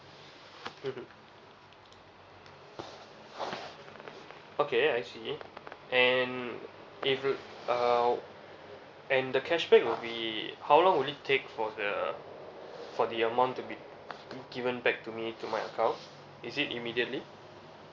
mmhmm okay I see and if uh and the cashback will be how long will it take for the for the amount to be given back to me to my account is it immediately